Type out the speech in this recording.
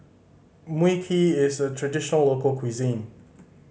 Mui Kee is a traditional local cuisine